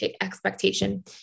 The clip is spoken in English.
expectation